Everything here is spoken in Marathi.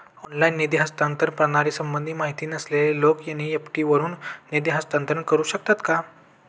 ऑनलाइन निधी हस्तांतरण प्रणालीसंबंधी माहिती नसलेले लोक एन.इ.एफ.टी वरून निधी हस्तांतरण करू शकतात का?